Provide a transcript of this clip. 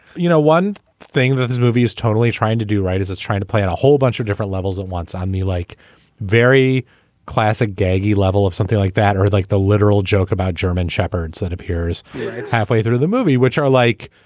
you know one thing that this movie is totally trying to do right as it's trying to play in a whole bunch of different levels and once on me like very classic gangi level of something like that or like the literal joke about german shepherds that appears halfway through the movie which are like.